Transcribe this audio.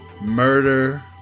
murder